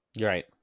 Right